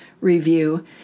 review